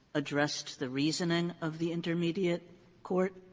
addressed the reasoning of the intermediate court?